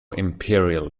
imperial